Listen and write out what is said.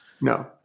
No